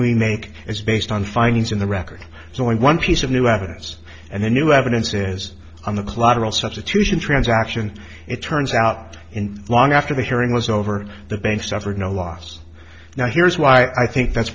we make is based on findings in the record so when one piece of new evidence and the new evidence is on the collateral substitution transaction it turns out in long after the hearing was over the banks suffered no loss now here's why i think that's